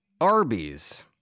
Arby's